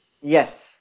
Yes